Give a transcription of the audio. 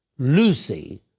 Lucy